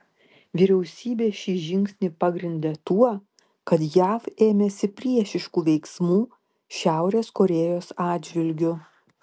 vyriausybė šį žingsnį pagrindė tuo kad jav ėmėsi priešiškų veiksmų šiaurės korėjos atžvilgiu